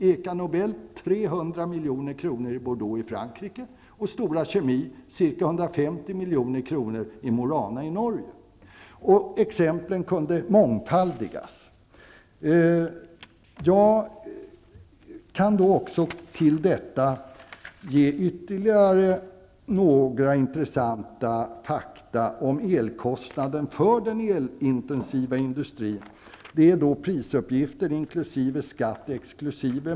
Eka Nobel investerade 300 milj.kr. i Bordeaux i Frankrike, och Stora Kemi investerade ca 150 milj.kr. i Mo i Rana i Norge. Exemplen kunde mångfaldigas. Jag kan till detta ge ytterligare några intressanta fakta om elkostnaden för den elintensiva industrin. Det är fråga om priser inkl. skatt exkl.